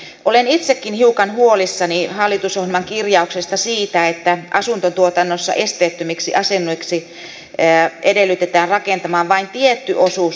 olen itsekin hiukan huolissani siitä hallitusohjelman kirjauksesta että asuntotuotannossa esteettömiksi asunnoiksi edellytetään rakentamaan vain tietty osuus uudiskohteen asunnoista